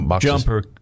jumper